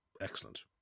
Excellent